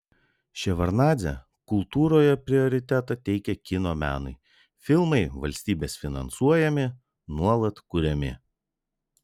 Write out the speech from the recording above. ševardnadzė kultūroje prioritetą teikia kino menui filmai valstybės finansuojami nuolat kuriami